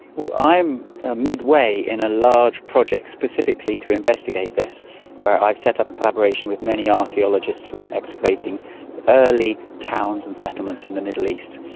i am midway in a large project specifically to investigate this where i've set up a collaboration with many archaeologists who are excavating early towns and settlements in the middle east.